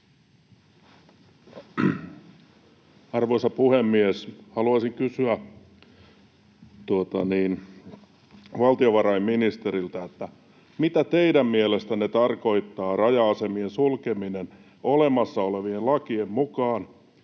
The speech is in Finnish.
Arvoisa puhemies! Haluaisin kysyä valtiovarainministeriltä: mitä teidän mielestänne tarkoittaa raja-asemien sulkeminen olemassa olevien lakien mukaan,